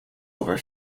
over